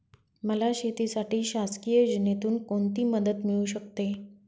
मला शेतीसाठी शासकीय योजनेतून कोणतीमदत मिळू शकते?